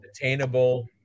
attainable